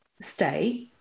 stay